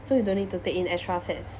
so you don't need to take in extra fats